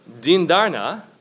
dindarna